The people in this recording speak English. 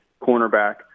cornerback